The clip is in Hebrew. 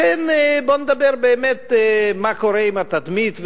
לכן בוא ונדבר באמת מה קורה עם התדמית,